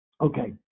Okay